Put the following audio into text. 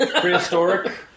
prehistoric